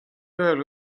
ühel